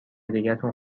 دیگتون